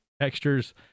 textures